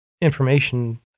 information